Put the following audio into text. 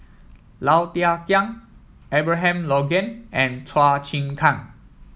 Low Thia Khiang Abraham Logan and Chua Chim Kang